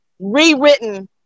rewritten